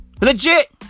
Legit